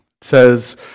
says